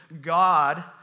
God